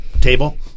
table